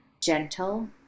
gentle